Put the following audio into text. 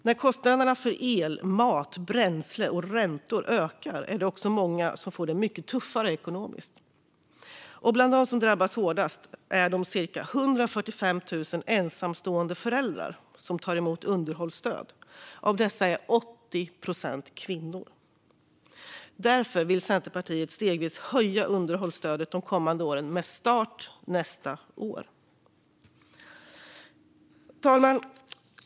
När kostnaderna för el, mat, bränsle och räntor ökar är det också många som får det mycket tuffare ekonomiskt. Bland dem som drabbas hårdast är de cirka 145 000 ensamstående föräldrar som tar emot underhållsstöd. Av dessa är 80 procent kvinnor. Därför vill Centerpartiet stegvis höja underhållstödet de kommande åren med start nästa år. Fru talman!